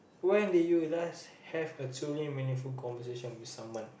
when did you last have a two way meaningful conversation with someone